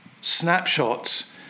snapshots